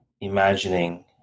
imagining